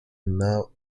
now